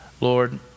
Lord